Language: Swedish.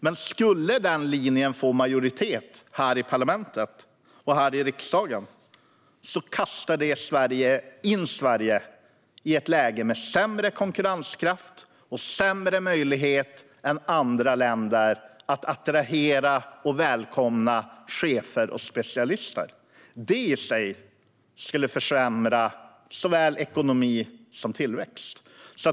Men skulle den linjen få majoritet här i riksdagen skulle det kasta in Sverige i ett läge med sämre konkurrenskraft och sämre möjlighet än andra länder att attrahera och välkomna chefer och specialister. Det i sig skulle försämra såväl ekonomi som tillväxt.